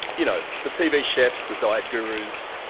you know the tv chefs, the diet gurus,